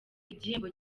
igihembo